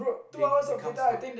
they become smart